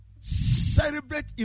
celebrate